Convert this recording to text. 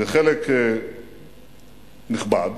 וחלק נכבד